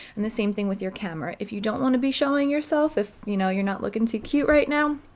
and the same thing with your camera. if you don't want to be showing yourself, if you know you're not looking too cute right now,